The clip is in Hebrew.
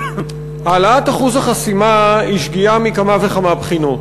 העלאת אחוז החסימה היא שגיאה מכמה וכמה בחינות.